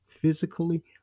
physically